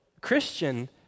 Christian